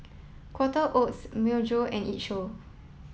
Quaker Oats Myojo and it Show